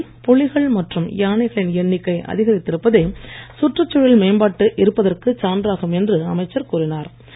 நாட்டில் புலிகள் மற்றும் யானைகளின் எண்ணிக்கை அதிகரித்து இருப்பதே சுற்றுச்சூழல் மேம்பட்டு இருப்பதற்குச் சான்றாகும் என்று அமைச்சர் கூறினார்